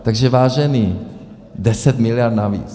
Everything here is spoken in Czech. Takže vážení, 10 mld. navíc!